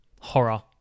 horror